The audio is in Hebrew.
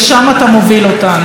והחמור מכול,